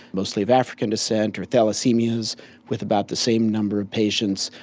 mostly of african descent, or thalassaemias with about the same number of patients,